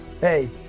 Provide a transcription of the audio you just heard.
hey